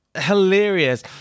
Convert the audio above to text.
hilarious